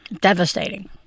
devastating